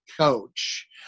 coach